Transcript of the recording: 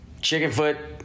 Chickenfoot